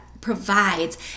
provides